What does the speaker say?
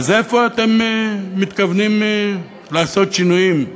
אז איפה אתם מתכוונים לעשות שינויים?